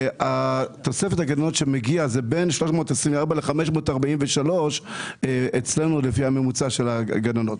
תוספת הגננות שמגיעה היא בין 325 ל-543 אצלנו לפי הממוצע של הגננות.